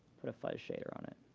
put a fuzz shader on it.